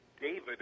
David